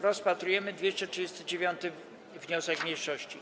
Rozpatrujemy 239. wniosek mniejszości.